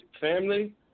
family